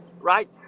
Right